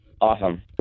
Awesome